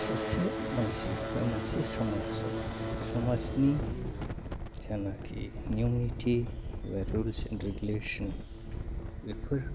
सासे मानसि बा मोनसे समाजाव समाजनि जेनाखि नियम निति एबा रुल्सल एन्ड रेगुलेस'न बेफोर